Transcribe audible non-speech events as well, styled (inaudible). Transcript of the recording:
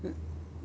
(noise)